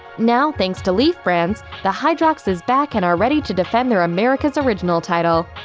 now thanks to leaf brands, the hydrox is back and are ready to defend their america's original title.